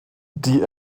die